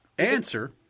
answer